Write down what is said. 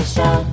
Show